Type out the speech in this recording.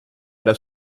era